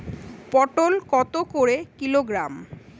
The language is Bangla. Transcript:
পটল কত করে কিলোগ্রাম?